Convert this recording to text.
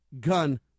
gun